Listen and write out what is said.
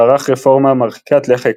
וערך רפורמה מרחיקת לכת